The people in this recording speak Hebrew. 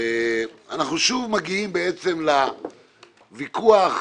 אנחנו שוב מגיעים לוויכוח